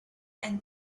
and